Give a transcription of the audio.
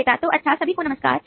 विक्रेता तो अच्छा सभी को नमस्कार